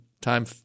time